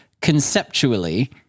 conceptually